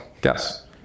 Guess